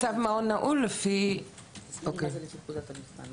תסבירי מה זה לפי פקודת המבחן.